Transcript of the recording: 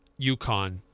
UConn